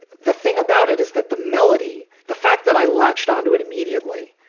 the thing about it is that the melody, the fact that i latched onto it immediately.